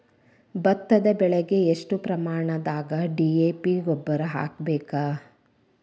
ಭತ್ತದ ಬೆಳಿಗೆ ಎಷ್ಟ ಪ್ರಮಾಣದಾಗ ಡಿ.ಎ.ಪಿ ಗೊಬ್ಬರ ಹಾಕ್ಬೇಕ?